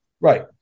Right